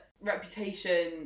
reputation